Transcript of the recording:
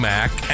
Mac